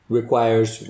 requires